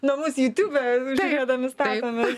namus jutiubę žiūrėdami statomės